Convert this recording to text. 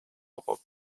above